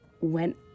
went